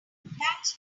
thanks